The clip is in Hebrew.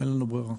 אין לנו ברירה.